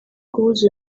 kubuza